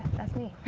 that's me.